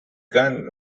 gun